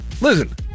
listen